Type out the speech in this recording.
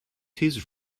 his